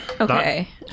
okay